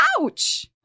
Ouch